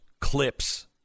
clips